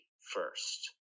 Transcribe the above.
first